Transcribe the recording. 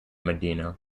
medina